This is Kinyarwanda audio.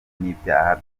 n’ibyaha